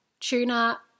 Tuna